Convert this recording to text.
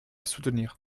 soutenir